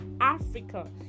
Africa